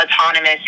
autonomous